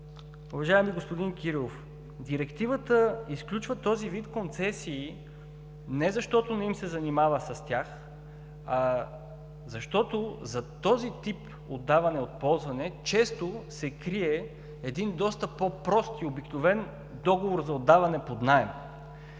Уважаеми господин Кирилов, Директивата изключва този вид концесии не защото не им се занимава с тях, а защото зад този тип отдаване за ползване, често се крие един доста по-прост и обикновен договор за отдаване под наем.